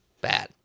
bad